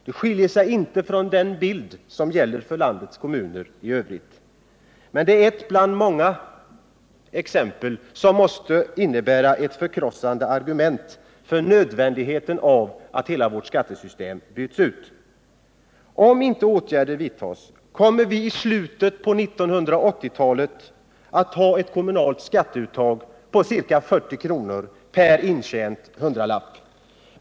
Det skiljer sig inte från den bild som gäller för landets kommuner i övrigt, men det är ett bland många exempel som måste innebära ett förkrossande argument för nödvändigheten av att hela vårt skattesystem byts ut. Om inte åtgärder vidtas kommer vi i slutet på 1980-talet att ha ett kommunalt skatteuttag på ca 40 kr. per intjänad hundralapp.